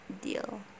deal